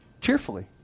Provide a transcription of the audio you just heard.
Cheerfully